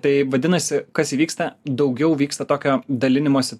tai vadinasi kas įvyksta daugiau vyksta tokio dalinimosi